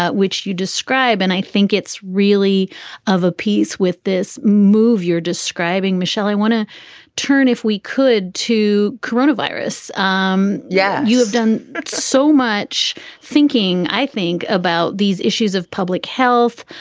ah which you describe. describe. and i think it's really of a piece with this move you're describing michel, i want to turn if we. could to coronavirus. um yeah. you have done so much thinking, i think, about these issues of public health.